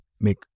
make